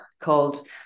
called